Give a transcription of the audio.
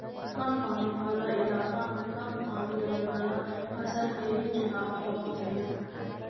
कम पानी वाला इलाका मॅ कम पानी लगैवाला फसल के हीं चुनाव करना चाहियो